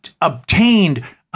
obtained